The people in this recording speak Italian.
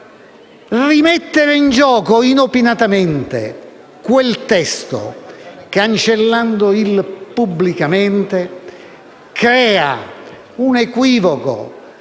Rimettere in gioco inopinatamente quel testo, cancellando il «pubblicamente», crea un equivoco